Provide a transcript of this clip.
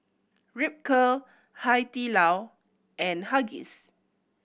Ripcurl Hai Di Lao and Huggies